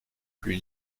plus